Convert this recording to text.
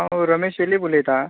हांव रमेश वेळीप उयलतां